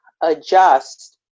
adjust